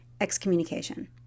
excommunication